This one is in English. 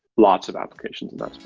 lots of applications in